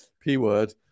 P-word